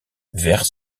vert